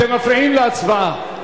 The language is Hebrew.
אתם מפריעים להצבעה.